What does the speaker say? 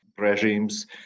regimes